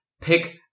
pick